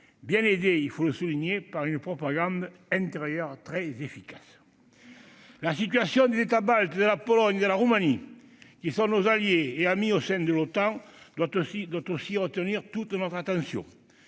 bien aidés- il faut le souligner -par une propagande intérieure très efficace. La situation des États baltes, de la Pologne et de la Roumanie, qui sont nos alliés et amis au sein de l'OTAN, doit aussi retenir toute notre attention.